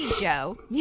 Joe